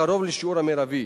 הקרוב לשיעור המרבי.